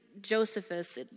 Josephus